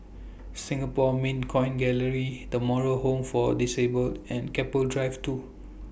Singapore Mint Coin Gallery The Moral Home For Disabled and Keppel Drive two